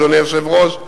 אדוני היושב-ראש,